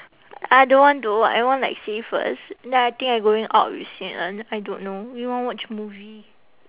I don't want though I want like save first then I think I going out with xin en I don't know we want watch movie